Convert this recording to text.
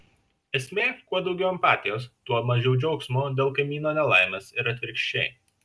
esmė kuo daugiau empatijos tuo mažiau džiaugsmo dėl kaimyno nelaimės ir atvirkščiai